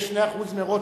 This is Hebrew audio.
ויש 2% מרוטשילד,